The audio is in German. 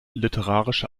literarische